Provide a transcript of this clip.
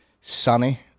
sunny